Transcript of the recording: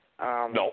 No